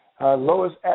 lowest